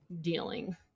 dealing